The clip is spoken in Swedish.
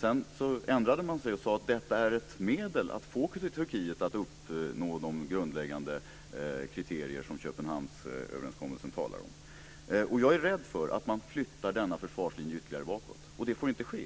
Sedan ändrades detta och det sades att detta var ett medel för att få Turkiet att uppnå de grundläggande kriterier som Köpenhamnsöverenskommelsen talar om. Jag är rädd för att denna försvarslinje flyttas ytterligare bakåt. Det får inte ske.